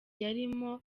yarimo